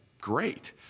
great